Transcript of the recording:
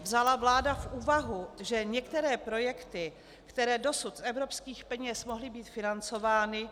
Vzala vláda v úvahu, že některé projekty, které dosud z evropských peněz mohly být financovány